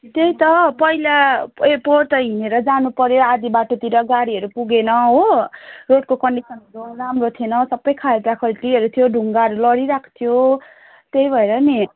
त्यही त पहिला ए पोहोर त हिँडेर जानुपऱ्यो आधी बाटोतिर गाडीहरू पुगेन हो रोडको कन्डिसनहरू राम्रो थिएन सबै खाल्टाखुल्टीहरू थियो ढुङ्गाहरू लडिरहेको थियो त्यही भएर र नि